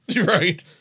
Right